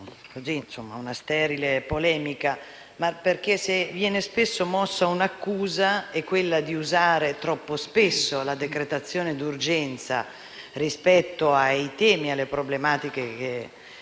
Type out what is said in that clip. per sterile polemica, ma perché se è un'accusa ricorrente, è quella di usare troppo spesso la decretazione d'urgenza rispetto ai temi e alle problematiche che